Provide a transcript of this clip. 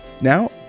Now